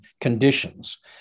conditions